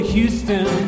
Houston